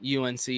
UNC